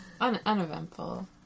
Uneventful